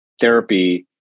therapy